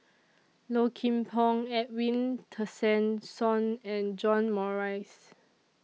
Low Kim Pong Edwin Tessensohn and John Morrice